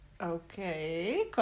Okay